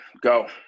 go